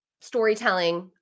storytelling